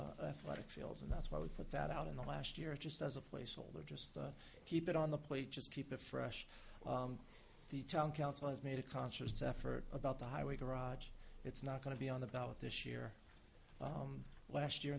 like fields and that's why we put that out in the last year just as a placeholder just keep it on the plate just keep it fresh the town council has made a conscious effort about the highway garage it's not going to be on the ballot this year last year